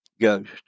Ghost